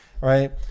right